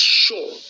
sure